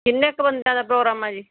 ਕਿੰਨੇ ਕੁ ਬੰਦਿਆਂ ਦਾ ਪ੍ਰੋਗਰਾਮ ਆ ਜੀ